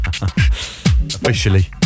officially